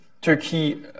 Turkey